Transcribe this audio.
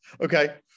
Okay